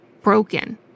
broken